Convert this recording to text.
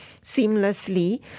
seamlessly